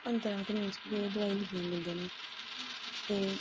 अंदरा ते मींस कोई दोआई लिखियै दिंदे ते